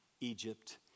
Egypt